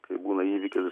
kai būna įvykis